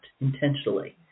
intentionally